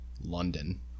London